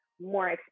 more